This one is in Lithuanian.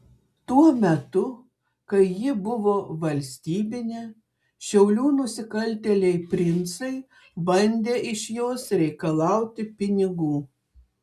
tuo metu kai ji buvo valstybinė šiaulių nusikaltėliai princai bandė iš jos reikalauti pinigų